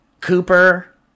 Cooper